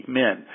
men